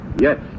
Yes